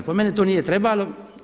Po meni to nije trebalo.